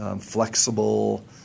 flexible